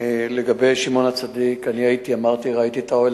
לגבי שמעון-הצדיק, ראיתי את האוהל.